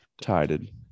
Tided